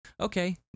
Okay